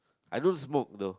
I don't smoke though